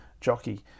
jockey